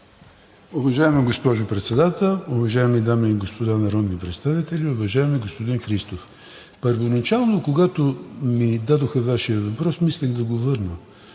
Уважаема госпожо Председател, уважаеми дами и господа народни представители! Уважаеми господин Христов, първоначално, когато ми дадоха Вашия въпрос, мислех да го върна.